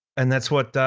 and that's what,